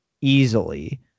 easily